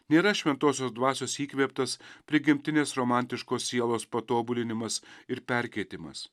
nėra šventosios dvasios įkvėptas prigimtinės romantiškos sielos patobulinimas ir perkeitimas